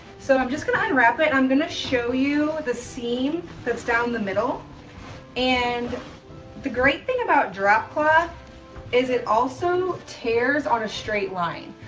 so i'm just gonna unwrap it and i'm going to show you the seam that's down the middle and the great thing about drop cloth is it also tears on a straight line.